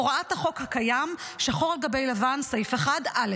הוראת החוק הקיים, שחור על גבי לבן, סעיף 1(א).